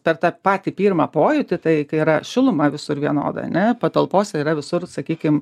per tą patį pirmą pojūtį tai yra šiluma visur vienoda ane patalpose yra visur sakykim